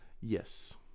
Yes